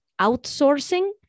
outsourcing